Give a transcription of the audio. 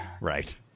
Right